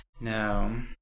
no